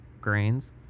grains